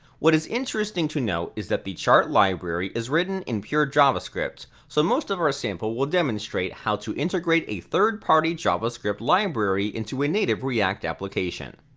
what is interesting to note is that the chart library is written in pure javascript so most of our sample will demonstrate how to integrate a third party javascript library into a native react application.